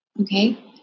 Okay